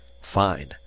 Fine